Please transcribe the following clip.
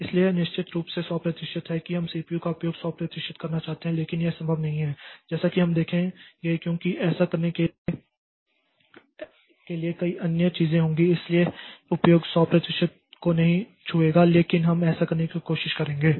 इसलिए यह निश्चित रूप से 100 प्रतिशत है कि हम सीपीयू का उपयोग 100 प्रतिशत करना चाहते हैं लेकिन यह संभव नहीं है जैसा कि हम देखेंगे क्योंकि ऐसा करने के लिए कई अन्य चीजें होंगी इसलिए उपयोग 100 प्रतिशत को नहीं छुएगा लेकिन हम ऐसा करने की कोशिश करेंगे